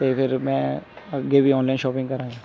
ਅਤੇ ਫਿਰ ਮੈਂ ਅੱਗੇ ਵੀ ਔਨਲਾਈਨ ਸ਼ੋਪਿੰਗ ਕਰਾਂ